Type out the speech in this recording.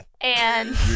and-